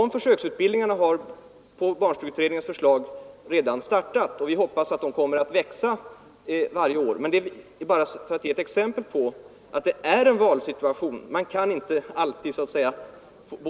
Sådan försöksutbildning har på barnstugeutredningens förslag redan startat, och vi hoppas att den kommer att växa varje år. Jag har anfört detta för att ge ett exempel på att det är en valsituation.